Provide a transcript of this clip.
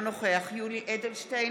אינו נוכח יולי יואל אדלשטיין,